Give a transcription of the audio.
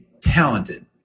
talented